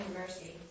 mercy